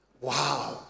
Wow